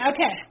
Okay